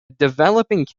developing